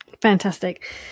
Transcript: Fantastic